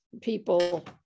people